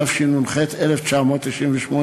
התשנ"ח 1998,